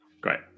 Great